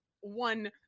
one